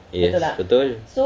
yes betul